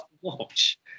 watch